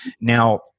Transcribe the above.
now